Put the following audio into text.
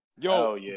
Yo